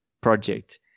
project